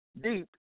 Deep